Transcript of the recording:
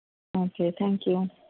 okay thank you